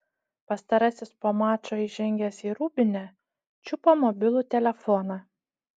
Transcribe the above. pastarasis po mačo įžengęs į rūbinę čiupo mobilų telefoną